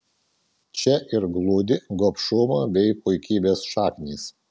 čia ir glūdi gobšumo bei puikybės šaknys